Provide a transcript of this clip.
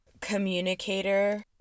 communicator